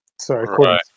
Sorry